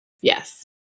yes